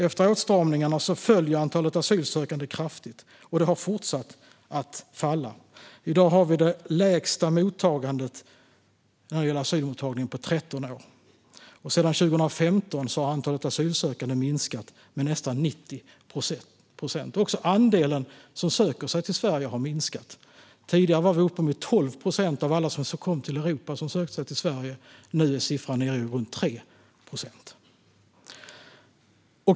Efter åtstramningarna föll ju antalet asylsökande kraftigt, och det har fortsatt att falla. I dag har vi det lägsta asylmottagandet på 13 år. Och sedan 2015 har antalet asylsökande minskat med nästan 90 procent. Också andelen som söker sig till Sverige har minskat. Tidigare var det uppemot 12 procent av alla som kom till Europa som sökte sig till Sverige. Nu är siffran nere i runt 3 procent.